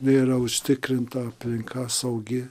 nėra užtikrinta aplinka saugi